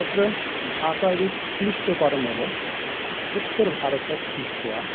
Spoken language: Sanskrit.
तत्र भाषापि क्लिष्टकरम् एव उत्तरभारतं दृष्ट्वा